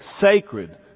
sacred